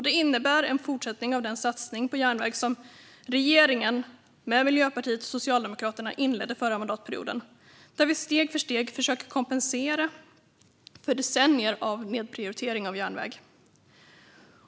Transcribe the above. Det innebär en fortsättning av den satsning på järnväg som regeringen - Miljöpartiet och Socialdemokraterna - inledde förra mandatperioden med, där vi steg för steg försökt kompensera för decennier av nedprioritering av järnväg.